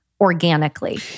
organically